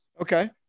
okay